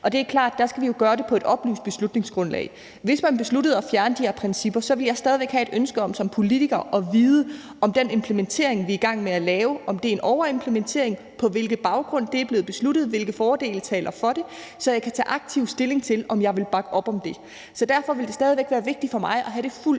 Det er klart, at vi jo skal gøre det på et oplyst grundlag. Hvis man besluttede at fjerne de her principper, ville jeg som politiker stadig væk have et ønske om at vide, om den implementering, vi var i gang med at lave, var en overimplementering, på hvilken baggrund den var blevet besluttet, og hvilke fordele der talte for det, så jeg kunne tage aktiv stilling til, om jeg ville bakke op om det. Så derfor ville det stadig væk være vigtigt for mig at have et fuldt